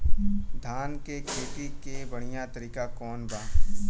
धान के खेती के बढ़ियां तरीका कवन बा?